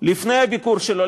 לפני הביקור שלו,